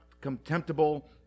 contemptible